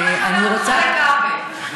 אפשר לחבר אותך לכבל.